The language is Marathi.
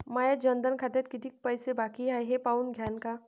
माया जनधन खात्यात कितीक पैसे बाकी हाय हे पाहून द्यान का?